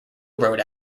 road